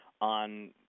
on